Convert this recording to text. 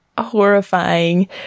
horrifying